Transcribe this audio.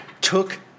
took